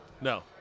No